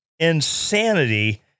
insanity